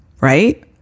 right